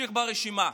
נמשיך ברשימה: